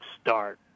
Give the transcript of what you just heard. start